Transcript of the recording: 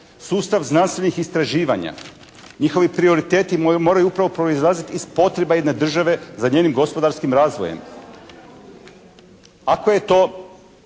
sustav znanstvenih istraživanja. Njihovi prioriteti moraju upravo proizlaziti iz potreba jedne države za njenim gospodarskim razvojem. Ako je to